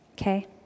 Okay